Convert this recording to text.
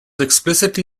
explicitly